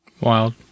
Wild